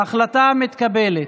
ההחלטה מתקבלת.